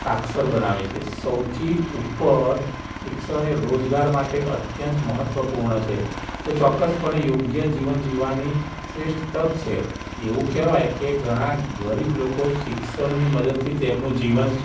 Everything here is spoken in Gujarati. સાક્ષર બનાવે છે સૌથી ઉપર શિક્ષણ એ રોજગાર માટે અત્યંત મહત્ત્વપૂર્ણ છે જે ચોક્કસપણે યોગ્ય જીવન જીવવાની શ્રેષ્ઠ તક છે એવું કેહવાય કે ઘણા ગરીબ લોકો શિક્ષણની મદદથી તેમનું જીવન